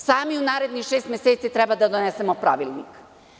Sami u narednih šest meseci treba da donesemo pravilnik.